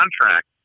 contract